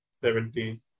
seventy